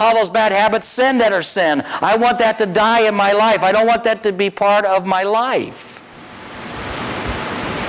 call those bad habits in that are sin i want that to die in my life i don't want that to be part of my life